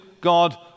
God